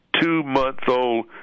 two-month-old